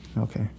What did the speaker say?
Okay